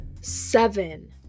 seven